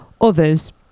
Others